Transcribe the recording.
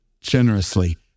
generously